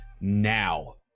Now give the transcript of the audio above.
now